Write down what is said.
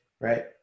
right